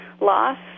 loss